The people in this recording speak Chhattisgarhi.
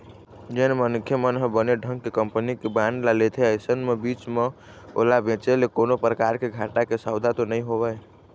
जेन मनखे मन ह बने ढंग के कंपनी के बांड ल लेथे अइसन म बीच म ओला बेंचे ले कोनो परकार के घाटा के सौदा तो नइ होवय